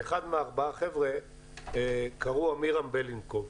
לאחד מהארבעה קראו עמירם בלינקוב,